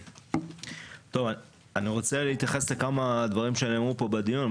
אני רוצה להתייחס לכמה דברים שנאמרו פה בדיון.